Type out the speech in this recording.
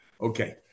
Okay